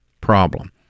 problem